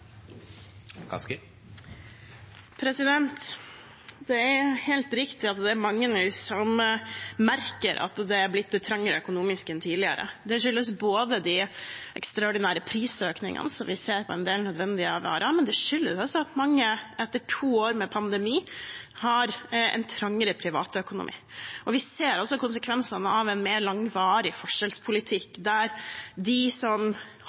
mange som merker at det er blitt trangere økonomisk enn tidligere. Det skyldes både de ekstraordinære prisøkningene vi ser på en del nødvendige varer, og det skyldes at mange etter to år med pandemi har en trangere privatøkonomi. Vi ser også konsekvensene av en mer langvarig forskjellspolitikk, der de som